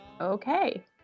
Okay